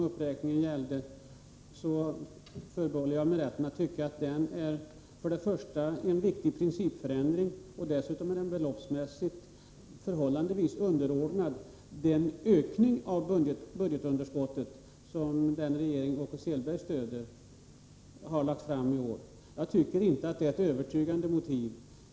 Jag förbehåller mig rätten att tycka att detta innebär en viktig principförändring och dessutom är det beloppsmässigt förhållandevis underordnat den ökning av budgetunderskottet som den regering Åke Selberg stöder har lagt fram förslag om i år. Jag tycker inte att det är ett övertygande motiv.